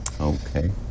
okay